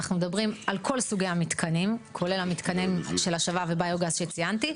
אנחנו מדברים על כל סוגי המתקנים כולל המתקנים של השבה וביו-גז שציינתי,